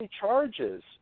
charges